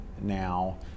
now